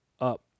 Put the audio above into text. up